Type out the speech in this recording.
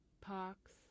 parks